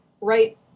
right